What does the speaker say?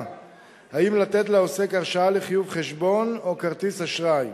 אם לתת לעוסק הרשאה לחיוב חשבון או כרטיס אשראי,